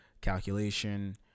calculation